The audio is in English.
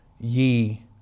ye